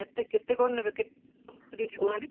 କେତେ କେତେ କଣ ନେବେ କେତେ କହୁନାହାନ୍ତି